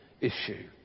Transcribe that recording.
issue